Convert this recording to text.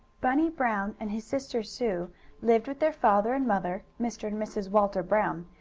bunny brown and his sister sue lived with their father and mother, mr. and mrs. walter brown,